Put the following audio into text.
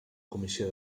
comissió